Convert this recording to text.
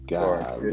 God